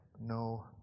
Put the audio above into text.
no